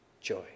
Joy